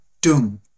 doom